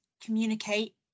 communicate